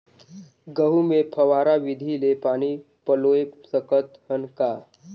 गहूं मे फव्वारा विधि ले पानी पलोय सकत हन का?